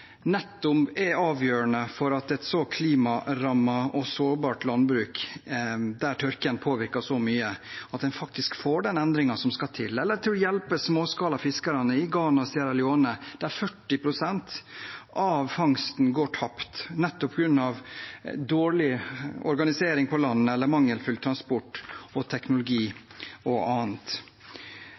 nettopp er avgjørende for et så klimarammet og sårbart landbruk, der tørken påvirker så mye – og at en faktisk får den endringen som skal til, eller være med og hjelpe småskalafiskere i Ghana og Sierra Leone, der 40 pst. av fangsten går tapt på grunn av dårlig organisering på land eller mangelfull transport, teknologi og annet.